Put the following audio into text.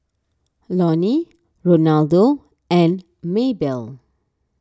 Loni Ronaldo and Maebell